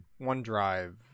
OneDrive